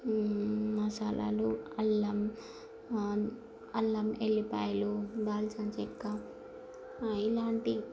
మసాలాలు అల్లం అల్లం ఎల్లిపాయలు దాల్చిన చెక్క ఇలాంటి